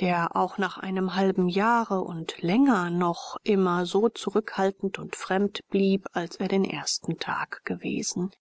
der auch nach einem halben jahre und länger noch immer so zurückhaltend und fremd blieb als er den ersten tag gewesen